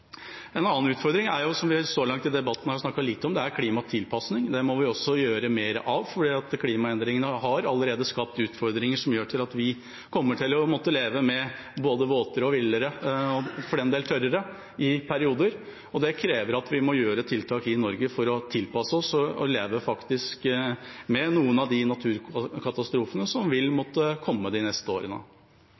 En annen utfordring, som vi så langt i debatten har snakket lite om, er klimatilpasning. Det må vi også gjøre mer av, for klimaendringene har allerede skapt utfordringer. Vi kommer til å måtte leve med både våtere, villere og for den del tørrere vær i perioder, og det krever at vi må gjøre tiltak i Norge for å tilpasse oss og leve med noen av de naturkatastrofene som vil komme de neste årene.